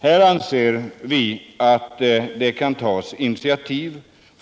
Här anser vi att regeringen kan ta initiativ.